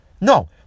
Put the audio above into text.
No